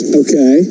okay